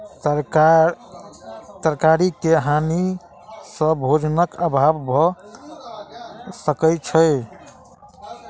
तरकारी के हानि सॅ भोजनक अभाव भअ सकै छै